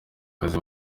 kazi